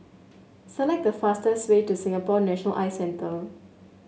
select the fastest way to Singapore National Eye Centre